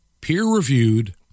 peer-reviewed